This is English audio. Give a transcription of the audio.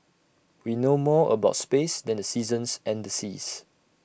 we know more about space than the seasons and the seas